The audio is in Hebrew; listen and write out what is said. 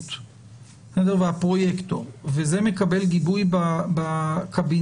הבריאות והפרויקטור וזה מקבל גיבוי בקבינט